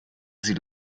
sie